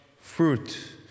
fruit